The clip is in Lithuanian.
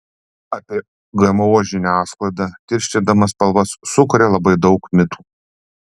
apie gmo žiniasklaida tirštindama spalvas sukuria labai daug mitų